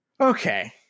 okay